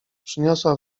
przyniosła